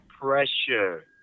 Pressure